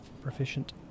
proficient